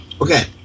Okay